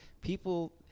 People